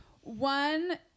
One